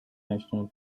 national